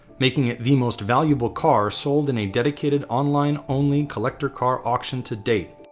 making it the most valuable car sold in a dedicated online only. collector car auction to date.